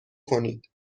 کنید